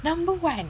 number one